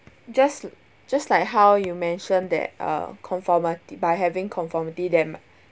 just just like how you mention that uh conformity by having conformity them